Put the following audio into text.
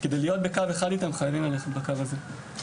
כדי להיות בקו אחד איתם חייבים ללכת בקו הזה.